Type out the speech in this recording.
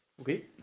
Okay